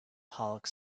halk